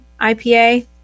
IPA